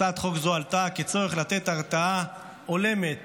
הצעת חוק זו עלתה כצורך לתת הרתעה הולמת